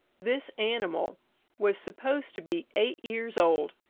this animal was supposed to be eight years old,